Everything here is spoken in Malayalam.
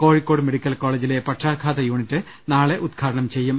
കോഴിക്കോട് മെഡിക്കൽ കോളേജിലെ പക്ഷാ ഘാത യൂണിറ്റ് നാളെ ഉദ്ഘാടനം ചെയ്യും